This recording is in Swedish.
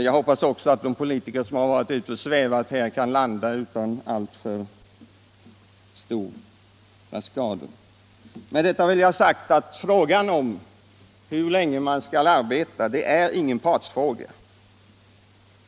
Jag hoppas också att de politiker som varit ute och svävat här kan landa utan alltför stora skador. Med detta vill jag ha sagt att frågan om hur länge vi skall arbeta inte är en partsfråga.